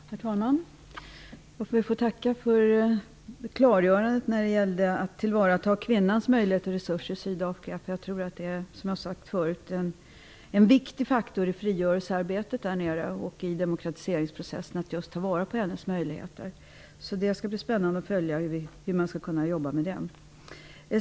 Herr talman! Låt mig få tacka för klargörandet när det gällde att tillvarata kvinnans resurser i Sydafrika. Jag tror att det är en viktig faktor i frigörelsearbetet och i demokratiseringsprocessen där nere att just ta vara på kvinnans möjligheter. Det skall bli spännande att följa hur man kommer att jobba med det.